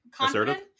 Assertive